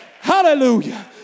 hallelujah